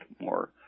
more